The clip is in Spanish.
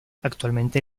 actualmente